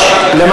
שנאמרו.